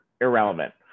irrelevant